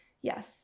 Yes